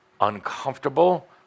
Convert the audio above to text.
uncomfortable